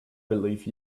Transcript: believe